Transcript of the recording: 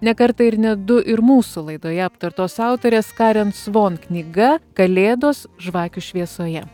ne kartą ir ne du ir mūsų laidoje aptartos autorės karen svon knyga kalėdos žvakių šviesoje